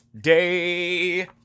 Day